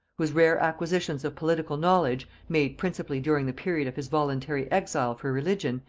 whose rare acquisitions of political knowledge, made principally during the period of his voluntary exile for religion,